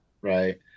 Right